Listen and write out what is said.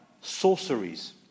sorceries